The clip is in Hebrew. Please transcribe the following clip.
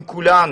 עם כולנו,